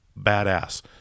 badass